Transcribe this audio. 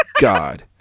God